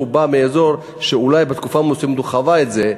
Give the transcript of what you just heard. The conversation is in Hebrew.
הוא בא מאזור שאולי בתקופה מסוימת הוא חווה את זה,